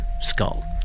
skull